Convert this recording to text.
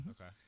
Okay